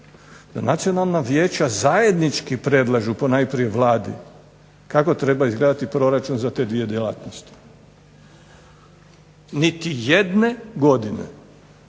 da nacionalna vijeća zajednički predlažu ponajprije Vladi kako treba izgledati proračun za te dvije djelatnosti. Niti jedne godine